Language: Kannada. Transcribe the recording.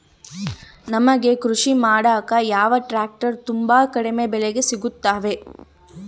ನಮಗೆ ಕೃಷಿ ಮಾಡಾಕ ಯಾವ ಟ್ರ್ಯಾಕ್ಟರ್ ತುಂಬಾ ಕಡಿಮೆ ಬೆಲೆಗೆ ಸಿಗುತ್ತವೆ?